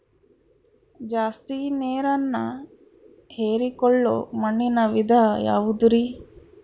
ಜಾಸ್ತಿ ನೇರನ್ನ ಹೇರಿಕೊಳ್ಳೊ ಮಣ್ಣಿನ ವಿಧ ಯಾವುದುರಿ?